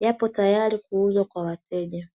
yapo tayari kuuzwa kwa wateja.